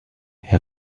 herr